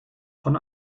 von